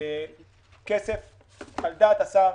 - כסף על דעת השר.